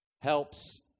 helps